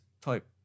type